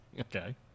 okay